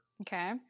Okay